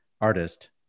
artist